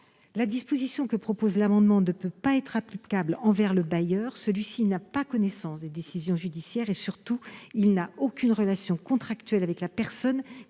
La disposition que vous proposez ne peut être applicable envers le bailleur : celui-ci n'a pas connaissance des décisions judiciaires et, surtout, il n'a aucune relation contractuelle avec la personne